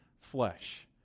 flesh